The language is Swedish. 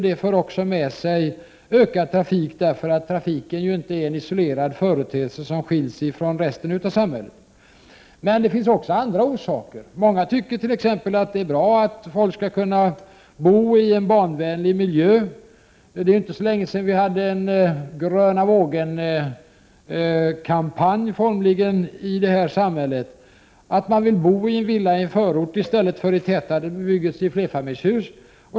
Det för också med sig en ökad trafik, för trafiken är inte en isolerad företeelse, som skiljer sig från samhället i övrigt. Men det finns också andra orsaker. Många tycker t.ex. att det är bra att människor skall kunna bo i en barnvänlig miljö. Det är inte så länge sedan vi formligen hade en Gröna vågen-kampanj i vårt samhälle. Man ville alltså bo i en villa i en förort i stället för i tätare bebyggelse i flerfamiljshus.